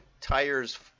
tires